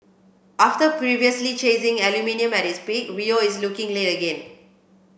after previously chasing aluminium at its peak Rio is looking late again